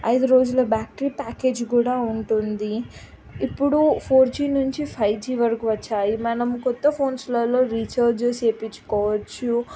ఐదు రోజుల battery package కూడా ఉంటుంది ఇప్పుడు ఫోర్ జి నుంచి ఫైవ్ జి వరకు వచ్చాయి మనం కొత్త ఫోన్స్లో రీఛార్జ్ చేయించ్చుకోవచ్చు